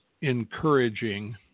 encouraging